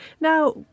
Now